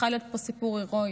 היה יכול להיות פה סיפור הירואי.